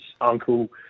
uncle